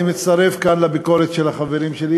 אני מצטרף כאן לביקורת של החברים שלי,